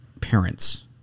parents